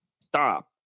Stop